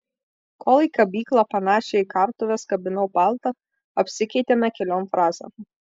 kol į kabyklą panašią į kartuves kabinau paltą apsikeitėme keliom frazėm